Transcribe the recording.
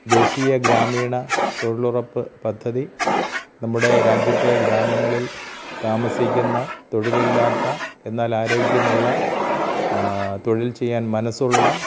ദേശീയ ഗ്രാമീണ തൊഴിലുറപ്പ് പദ്ധതി നമ്മുടെ രാജ്യത്തെ ഗ്രാമങ്ങളിൽ താമസിക്കുന്ന തൊഴിലില്ലാത്ത എന്നാൽ ആരോഗ്യമുള്ള തൊഴിൽ ചെയ്യാൻ മനസ്സുള്ള